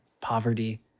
poverty